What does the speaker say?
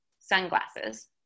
sunglasses